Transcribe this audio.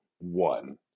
one